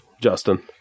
Justin